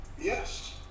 Yes